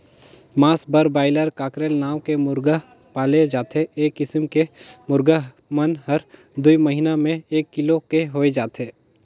मांस बर broiler, cockerel नांव के मुरगा पाले जाथे ए किसम के मुरगा मन हर दूई महिना में एक किलो के होय जाथे